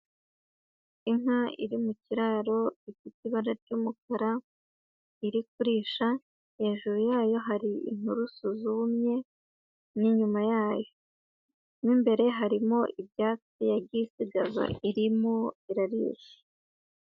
Inka iri mu kiraro ifite ibara ry'umukara, iri kurisha, hejuru yayo hari inturusu zumye n'inyuma yayo. Mo imbere harimo ibyatsi yagiye isigaza irimo irarisha.